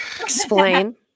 Explain